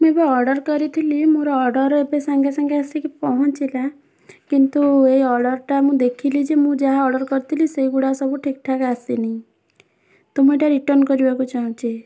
ମୁଁ ଏବେ ଅର୍ଡ଼ର୍ କରିଥିଲି ମୋର ଅର୍ଡ଼ର୍ ଏବେ ସାଙ୍ଗେ ସାଙ୍ଗେ ଆସିକି ପହଞ୍ଚିଲା କିନ୍ତୁ ଏ ଅର୍ଡ଼ର୍ଟା ମୁଁ ଦେଖିଲି ଯେ ମୁଁ ଯାହା ଅର୍ଡ଼ର୍ କରିଥିଲି ସେଇଗୁଡ଼ା ସବୁ ଠିକ୍ ଠାକ୍ ଆସିନି ତ ମୁଁ ଏଇଟା ରିଟର୍ଣ୍ଣ କରିବାକୁ ଚାହୁଁଛି